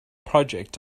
project